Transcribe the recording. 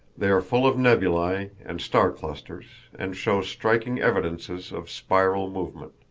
they are full of nebulae and star-clusters, and show striking evidences of spiral movement.